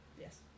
Yes